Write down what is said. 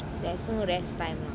there's so less time lah